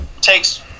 takes